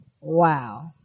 Wow